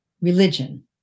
religion